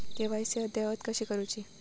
KYC अद्ययावत कशी करुची?